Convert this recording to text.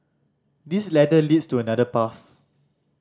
this ladder leads to another path